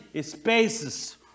spaces